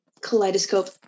kaleidoscope